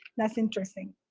that's interesting.